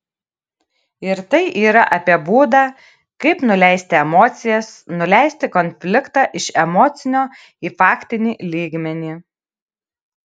ir tai yra apie būdą kaip nuleisti emocijas nuleisti konfliktą iš emocinio į faktinį lygmenį